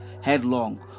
headlong